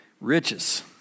Riches